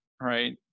right